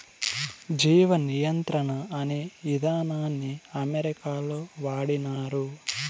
జీవ నియంత్రణ అనే ఇదానాన్ని అమెరికాలో వాడినారు